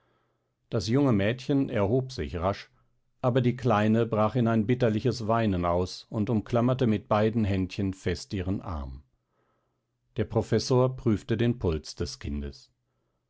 das junge mädchen erhob sich rasch aber die kleine brach in ein bitterliches weinen aus und umklammerte mit beiden händchen fest ihren arm der professor prüfte den puls des kindes